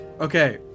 Okay